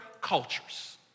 cultures